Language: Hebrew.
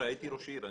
הייתי ראש עיר.